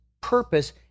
purpose